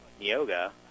Yoga